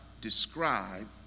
describe